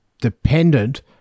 dependent